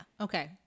Okay